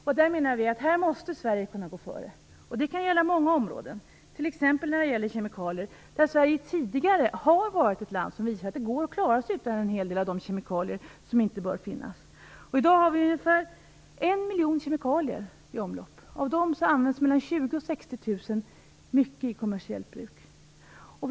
Vi menar att Sverige måste kunna gå före här. Det kan gälla många områden, t.ex. när det gäller kemikalier. Där har Sverige tidigare varit ett land som visar att det går att klara sig utan en hel del av de kemikalier som inte bör finnas. I dag har vi ungefär 1 miljon kemikalier i omlopp. Av dem används 20 000-60 000 mycket i kommersiellt bruk.